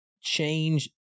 change